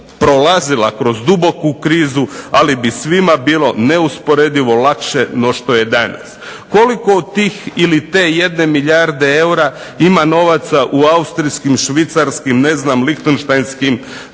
prolazila kroz duboku krizu ali bi svima bilo neusporedivo lakše no što je danas. Koliko od tih ili te 1 milijarde eura ima novaca u Austrijskim, Švicarskim, Lihtenštajnskim bankama.